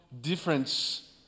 difference